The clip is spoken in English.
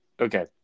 Okay